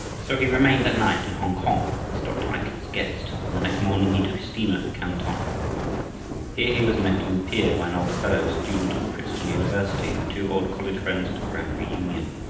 so he remained that night in hongkong, as dr. eitel's guest, and the next morning he took a steamer for canton. here he was met on the pier by an old fellow student of princeton university, and the two old college friends had a grand reunion.